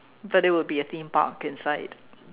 but it would be a theme park inside